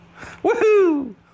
woohoo